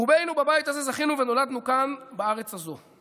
רובנו בבית הזה זכינו ונולדנו כאן, בארץ הזו.